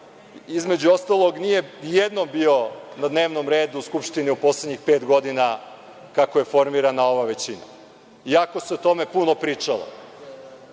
između ostalog, nije nijednom bio na dnevnom redu u Skupštini u poslednjih pet godina, kako je formirana ova većina, iako se o tome puno pričalo.